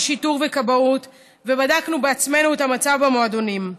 שיטור וכבאות ובדקנו בעצמנו את המצב במועדונים,